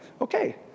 Okay